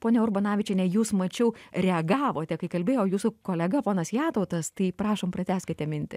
ponia urbonavičiene jūs mačiau reagavote kai kalbėjo jūsų kolega ponas jatautas tai prašom pratęskite mintį